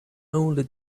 only